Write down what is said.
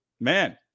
man